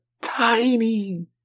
tiny